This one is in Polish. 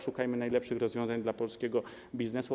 Szukajmy najlepszych rozwiązań dla polskiego biznesu.